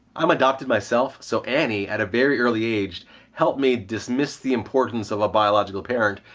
i'm adopted myself, so annie, at a very early age helped me dismiss the importance of a biological parent,